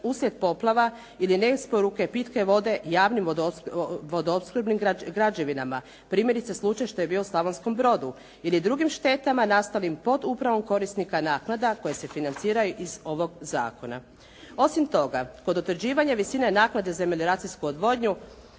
uslijed poplava ili neisporuke pitke vode javnim vodoopskrbnim građevinama, primjerice slučaj što je bio u Slavonskom Brodu ili drugim štetama nastalim pod upravom korisnika naknada koji se financiraju iz ovog zakona. Osim toga, kod utvrđivanja visine naknade za melioracijsku odvodnju